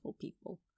people